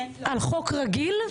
על חוק רגיל?